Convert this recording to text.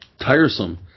tiresome